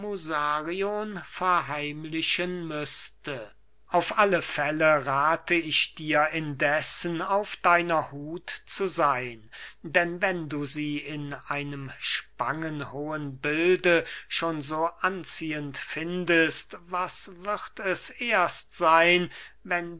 verheimlichen müßte auf alle fälle rathe ich dir indessen auf deiner huth zu seyn denn wenn du sie in einem spangenhohen bilde schon so anziehend findest was wird es erst seyn wenn